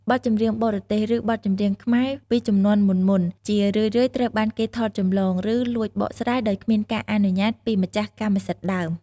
បទចម្រៀងបរទេស ឬបទចម្រៀងខ្មែរពីជំនាន់មុនៗ ជារឿយៗត្រូវបានថតចម្លង ឬលួចបកស្រាយដោយគ្មានការអនុញ្ញាតពីម្ចាស់កម្មសិទ្ធិដើម។